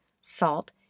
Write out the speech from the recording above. salt